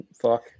Fuck